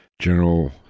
general